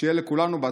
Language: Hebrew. שיהיה לכולנו בהצלחה.